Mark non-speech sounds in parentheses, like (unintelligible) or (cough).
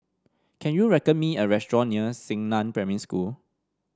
can you (unintelligible) me a restaurant near Xingnan Primary School